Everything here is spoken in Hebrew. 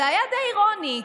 זה היה די אירוני,